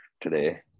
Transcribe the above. today